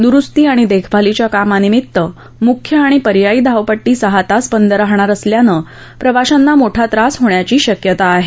दुरुस्ती आणि देखभालीच्या कामानिमित्त मुख्य आणि पर्यायी धावपट्टी सहा तास बंद राहणार असल्यानं प्रवाशांना मोठा त्रास होण्याची शक्यता आहे